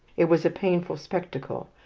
it was a painful spectacle,